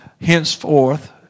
henceforth